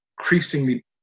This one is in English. increasingly